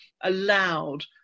allowed